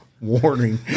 Warning